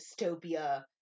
dystopia